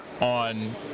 On